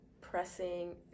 pressing